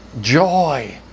joy